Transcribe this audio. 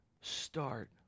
start